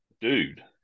dude